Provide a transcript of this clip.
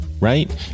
right